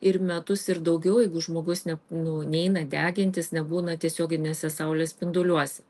ir metus ir daugiau jeigu žmogus ne nu neina degintis nebūna tiesioginiuose saulės spinduliuose